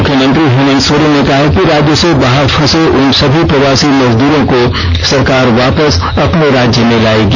मुख्यमंत्री हेमंत सोरेन ने कहा है कि राज्य से बाहर फंसे उन सभी प्रवासी मजदूरों को सरकार वापस अपने राज्य में लायेगी